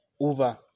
over